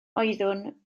oeddwn